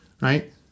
right